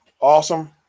awesome